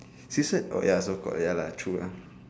she said oh ya so cor~ ya lah true lah